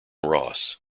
ross